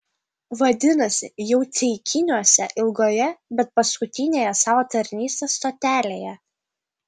vadinasi jau ceikiniuose ilgoje bet paskutinėje savo tarnystės stotelėje